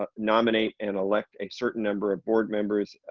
ah nominate and elect a certain number of board members,